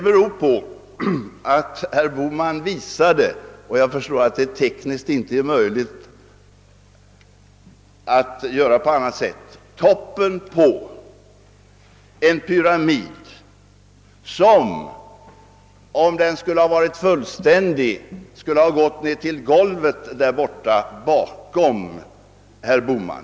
Herr Bohman visade — och jag förstår att det tekniskt inte är möjligt att göra på annat sätt — toppen på en stapel som om den varit fullständig skulle gått ned till golvet bakom herr Bohman.